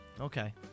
Okay